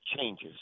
changes